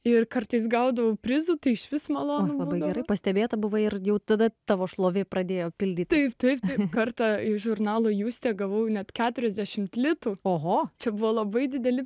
ir kartais gaudavau prizą tai išvis malonu labai gerai pastebėta buvai ar jau tada tavo šlovė pradėjo pildyti taip taip kartą iš žurnalo justė gavau net keturiasdešimt litų oho čia buvo labai dideli